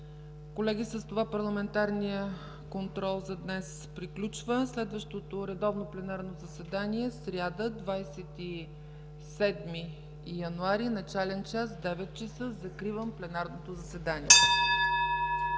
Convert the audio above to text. Колеги, с това парламентарният контрол за днес приключи. Следващото редовно пленарно заседание е в сряда, 27 януари 2016 г., с начален час 9,00 ч. Закривам пленарното заседание.